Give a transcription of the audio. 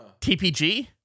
TPG